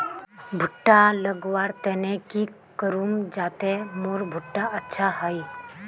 भुट्टा लगवार तने की करूम जाते मोर भुट्टा अच्छा हाई?